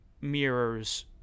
mirrors